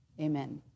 amen